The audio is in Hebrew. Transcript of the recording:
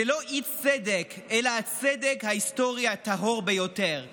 זה לא אי-צדק אלא הצדק ההיסטורי הטהור ביותר שיש,